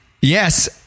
Yes